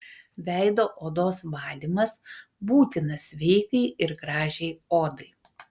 veido odos valymas būtinas sveikai ir gražiai odai